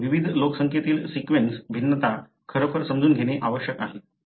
म्हणून विविध लोकसंख्येतील सीक्वेन्स भिन्नता खरोखर समजून घेणे आवश्यक आहे